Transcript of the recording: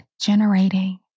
generating